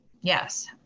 Yes